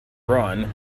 run